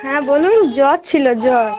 হ্যাঁ বলুন জ্বর ছিল জ্বর